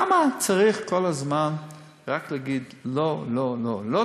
למה צריך כל הזמן רק להגיד: לא, לא, לא.